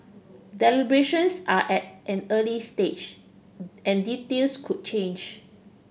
deliberations are at an early stage and details could change